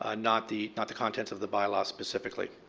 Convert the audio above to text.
ah not the not the content of the by law specifically.